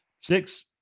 six